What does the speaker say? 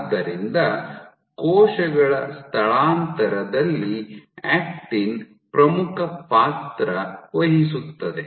ಆದ್ದರಿಂದ ಕೋಶಗಳ ಸ್ಥಳಾಂತರದಲ್ಲಿ ಆಕ್ಟಿನ್ ಪ್ರಮುಖ ಪಾತ್ರ ವಹಿಸುತ್ತದೆ